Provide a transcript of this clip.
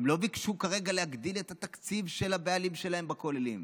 הן לא ביקשו כרגע להגדיל את התקציב של הבעלים שלהן בכוללים.